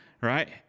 Right